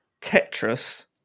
Tetris